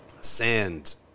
sand